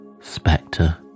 Spectre